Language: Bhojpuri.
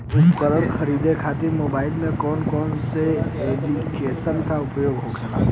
उपकरण खरीदे खाते मोबाइल में कौन ऐप्लिकेशन का उपयोग होखेला?